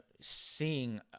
seeing